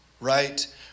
right